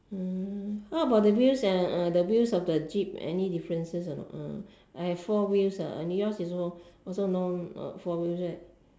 what about the wheels and uh the wheels of the jeep any differences or not I have four wheels ah and yours is also no four wheels right